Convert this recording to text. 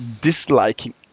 disliking